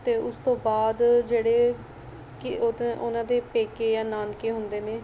ਅਤੇ ਉਸ ਤੋਂ ਬਾਅਦ ਜਿਹੜੇ ਕਿ ਉਹਦੇ ਉਹਨਾਂ ਦੇ ਪੇਕੇ ਜਾਂ ਨਾਨਕੇ ਹੁੰਦੇ ਨੇ